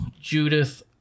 Judith